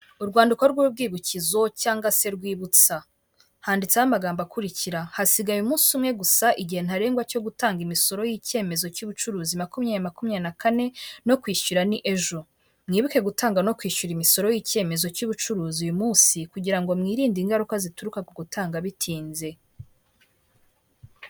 Urwandiko rw'urwibukizo cyangwa se rwibutsa handitseho amagambo akurikira: hasigaye umunsi umwe gusa igihe ntarengwa cyo gutanga imisoro y'icyemezo cy'ubucuruzi makumyabiri makumyabiri na kane no kwishyura ni ejo mwibuke gutanga no kwishyura imisoro y'icyemezo cy'ubucuruzi uyu munsi kugira ngo mwirinde ingaruka zituruka ku gutanga bitinze.